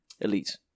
elite